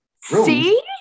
See